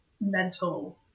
mental